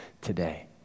today